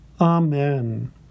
Amen